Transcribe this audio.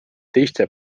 teiste